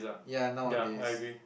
ya nowadays